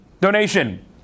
donation